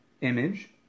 image